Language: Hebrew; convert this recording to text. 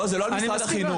זה לא על משרד החינוך.